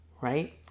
right